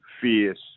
fierce